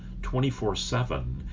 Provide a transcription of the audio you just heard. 24-7